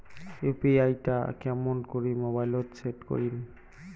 UPI টা কেমন করি মোবাইলত সেট করিম?